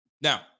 Now